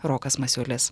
rokas masiulis